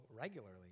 regularly